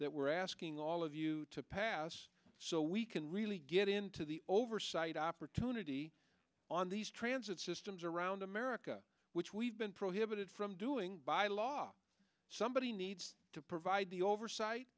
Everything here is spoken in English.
that we're asking all of you to pass so we can really get into the oversight opportunity on these transit systems around america which we've been prohibited from doing by law somebody needs to provide the oversight